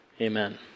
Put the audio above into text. Amen